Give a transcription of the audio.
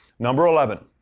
number eleven.